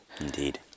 indeed